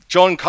John